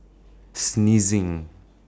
sneezing